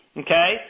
okay